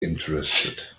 interested